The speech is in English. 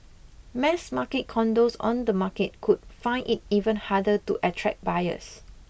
mass market condos on the market could find it even harder to attract buyers